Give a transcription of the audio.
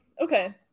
okay